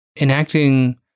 enacting